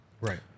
right